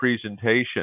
presentation